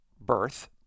birth